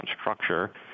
structure